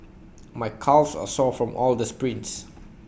my calves are sore from all the sprints